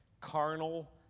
Carnal